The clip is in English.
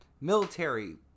military